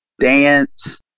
dance